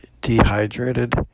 dehydrated